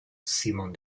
simon